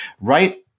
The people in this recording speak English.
right